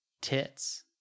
Tits